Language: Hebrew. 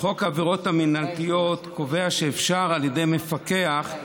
העבירות המינהליות קובע שאפשר, על ידי מפקח,